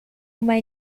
uma